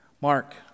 Mark